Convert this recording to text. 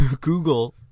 Google